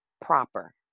proper